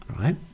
right